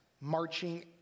marching